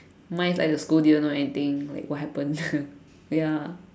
mine is like the school didn't know anything like what happened ya